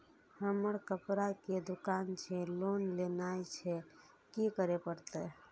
हमर कपड़ा के दुकान छे लोन लेनाय छै की करे परतै?